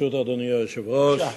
ברשות אדוני היושב-ראש,